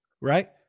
right